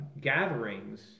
gatherings